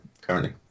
currently